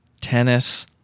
tennis